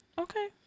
Okay